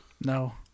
No